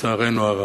לצערנו הרב.